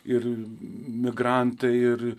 ir migrantai ir